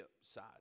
side